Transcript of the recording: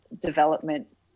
development